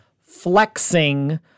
flexing